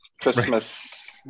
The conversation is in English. Christmas